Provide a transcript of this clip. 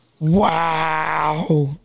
Wow